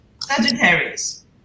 Sagittarius